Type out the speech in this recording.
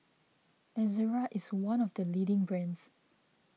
Ezerra is one of the leading brands